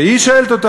והיא שואלת אותו,